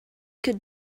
could